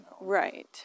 Right